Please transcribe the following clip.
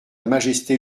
majesté